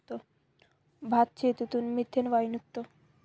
भातशेतीतून मिथेन वायू निघतो